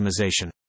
optimization